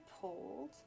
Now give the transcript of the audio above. pulled